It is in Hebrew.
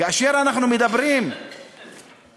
כאשר אנחנו מדברים על